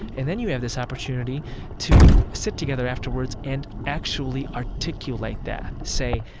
and then you have this opportunity to sit together afterwards and actually articulate that, say,